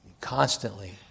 constantly